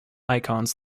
icons